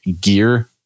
gear